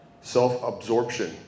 self-absorption